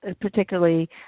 particularly